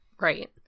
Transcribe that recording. Right